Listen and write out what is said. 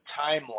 timeline